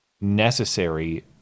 necessary